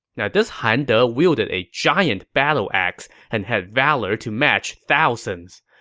yeah this han de wielded a giant battleaxe and had valor to match thousands.